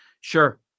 Sure